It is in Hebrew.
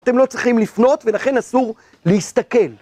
אתם לא צריכים לפנות ולכן אסור להסתכל.